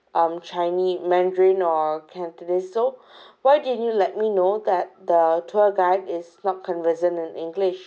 chinese mandarin or cantonese so why didn't you let me know that the tour guide is not conversant in english